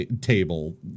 table